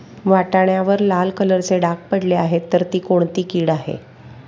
वाटाण्यावर लाल कलरचे डाग पडले आहे तर ती कोणती कीड आहे?